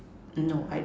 no I